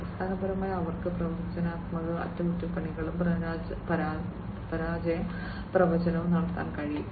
അടിസ്ഥാനപരമായി അവർക്ക് പ്രവചനാത്മക അറ്റകുറ്റപ്പണികളും പരാജയ പ്രവചനവും നടത്താൻ കഴിയും